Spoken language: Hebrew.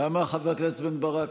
למה, חבר הכנסת בן ברק?